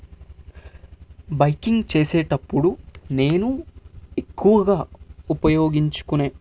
biking చేసేటప్పుడు నేను ఎక్కువగా ఉపయోగించుకునే